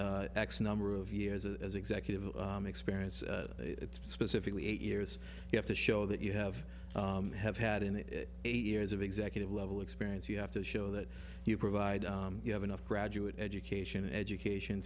meet x number of years as executive experience it's specifically eight years you have to show that you have have had in the eight years of executive level experience you have to show that you provide you have enough graduate education education